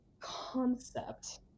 concept